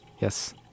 yes